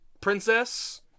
princess